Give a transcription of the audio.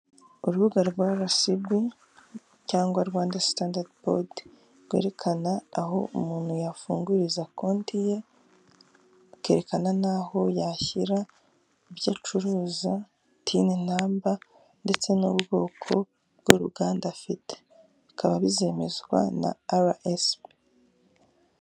Urubuga rwa ara esibi cyangwa rwanda sitandadi bodi, rwerekana aho umuntu yafunguriza konti ye akerekana naho yashyira ibyocuruza, tini namba ndetse n'ubwoko bw'uruganda afite bikaba bizemezwa na ara esibi.